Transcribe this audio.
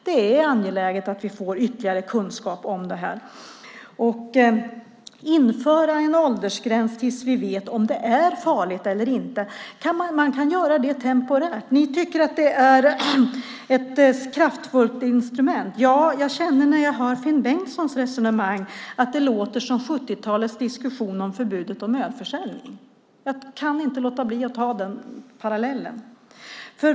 Det är angeläget att vi får ytterligare kunskap om detta. Vi kunde införa en åldersgräns tills vi vet om det är farligt eller inte. Man kan göra det temporärt. Ni tycker att det är ett kraftfullt instrument. När jag hör Finn Bengtssons resonemang låter det som 70-talets diskussion om förbudet för ölförsäljning. Jag kan inte låta bli att dra den parallellen.